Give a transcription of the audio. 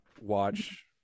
watch